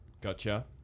Gotcha